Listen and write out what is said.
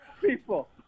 People